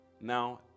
Now